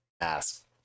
ask